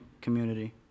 community